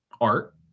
art